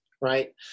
right